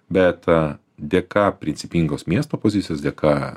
bet dėka principingos miesto pozicijos dėka